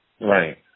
right